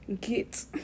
get